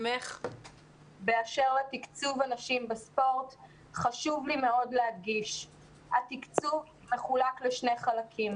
בקשר לתקצוב הנשים בספורט חשוב לי להדגיש שהתקצוב מחולק לשני חלקים